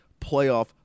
playoff